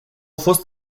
fost